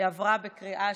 התשפ"א 2021,